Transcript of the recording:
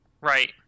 right